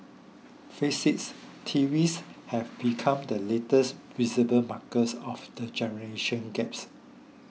face is TVs have become the latest visible markers of the generation gaps